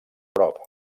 prop